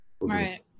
Right